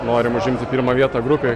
norim užimti pirmą vietą grupėj